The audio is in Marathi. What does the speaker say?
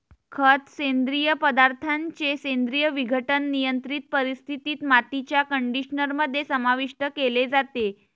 खत, सेंद्रिय पदार्थांचे सेंद्रिय विघटन, नियंत्रित परिस्थितीत, मातीच्या कंडिशनर मध्ये समाविष्ट केले जाते